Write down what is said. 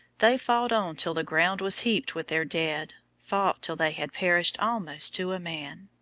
they fought on till the ground was heaped with their dead fought till they had perished almost to a man.